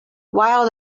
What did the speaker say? wild